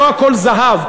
לא הכול זהב,